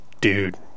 Dude